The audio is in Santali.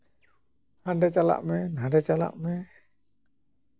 ᱦᱟᱰᱮ ᱪᱟᱞᱟᱜ ᱢᱮ ᱱᱷᱟᱰᱮ ᱪᱟᱞᱟᱜ ᱢᱮ